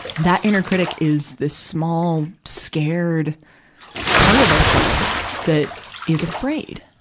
that inner critic is the small, scared part of ourselves that is afraid.